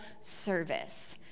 service